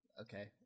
Okay